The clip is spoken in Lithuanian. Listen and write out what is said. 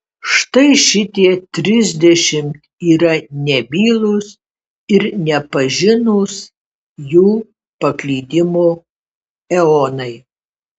štai šitie trisdešimt yra nebylūs ir nepažinūs jų paklydimo eonai